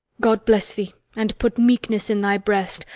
god bless thee and put meekness in thy breast,